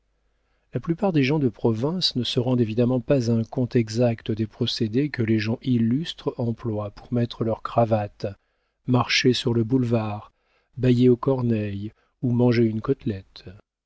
la plupart des gens de province ne se rendent évidemment pas un compte exact des procédés que les gens illustres emploient pour mettre leur cravate marcher sur le boulevard bayer aux corneilles ou manger une côtelette